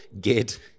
get